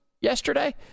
yesterday